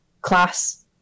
class